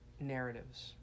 narratives